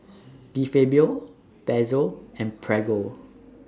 De Fabio Pezzo and Prego